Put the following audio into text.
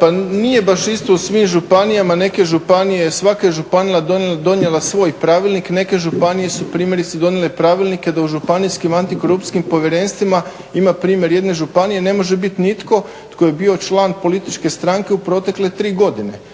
Pa nije baš isto u svim županijama, neke županije, svaka županije je donijela svoj pravilnik, neke županije su primjerice donijele pravilnike da u županijskim antikorupcijskim povjerenstvima, ima primjer jedne županije, ne može biti netko tko je bio član političke stranke u protekle 3 godine,